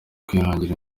kwihangira